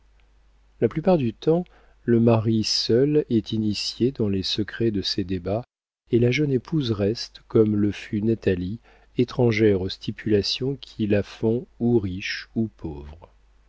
la plupart du temps le mari seul est initié dans les secrets de ces débats et la jeune épouse reste comme le fut natalie étrangère aux stipulations qui la font ou riche ou pauvre